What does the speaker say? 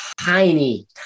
tiny